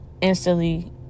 instantly